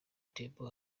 temple